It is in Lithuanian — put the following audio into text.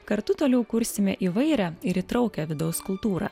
kartu toliau kursime įvairią ir įtraukią vidaus kultūrą